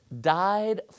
died